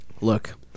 look